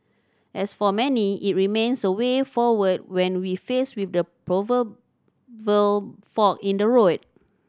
as for many it remains a way forward when we faced with the proverbial fork in the road